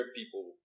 people